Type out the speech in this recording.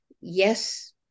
yes